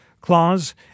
clause